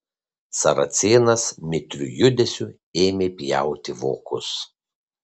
saracėnas mitriu judesiu ėmė pjauti vokus